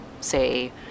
say